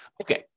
Okay